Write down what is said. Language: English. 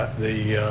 the